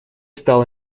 стало